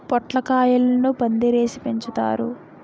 పొట్లకాయలను పందిరేసి పెంచుతారు